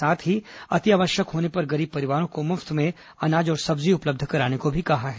साथ ही अति आवश्यक होने पर गरीब परिवारों को मुफत में अनाज और सब्जी उपलब्ध कराने को भी कहा है